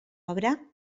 obra